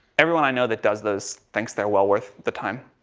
everyone i know that does those thinks they're well worth the time.